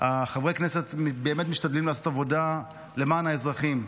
חברי הכנסת באמת משתדלים לעשות עבודה למען האזרחים.